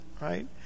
right